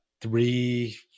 three